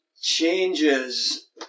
changes